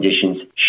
conditions